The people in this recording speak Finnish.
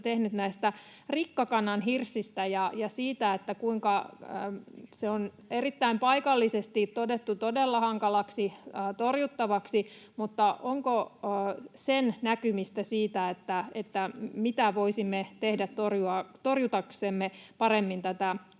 tehnyt — rikkakananhirssistä ja siitä, kuinka se on paikallisesti todettu todella hankalaksi torjuttavaksi: onko näkymää siitä, mitä voisimme tehdä torjuaksemme paremmin tätä